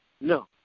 No